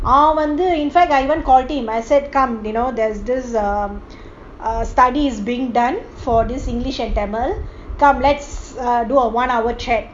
ah வந்து:vandhu in fact I even quarantined my set come you know there's this studies being done for this english and tamil come let's do a one hour chat